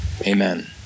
Amen